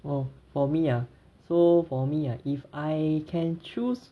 orh for me ah so for me ah if I can choose